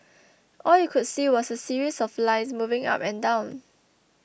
all you could see was a series of lines moving up and down